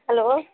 hello